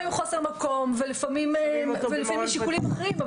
לפעמים חוסר מקום ולפעמים שיקולים אחרים.